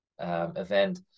event